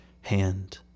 hand